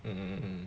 hmm